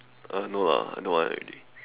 uh no lah no more already